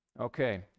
Okay